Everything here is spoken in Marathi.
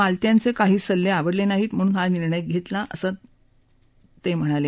मालत्यांचे काही सल्ले आवडले नाहीतम्हणून हा निर्णय घेतलाअसं तरूपंही ते म्हणाले